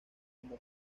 como